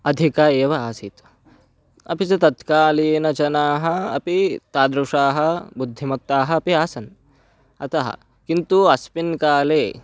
आधिका एव आसीत् अपि च तत्कालीनजनाः अपि तादृशाः बुद्धिमत्ताः अपि आसन् अतः किन्तु अस्मिन् काले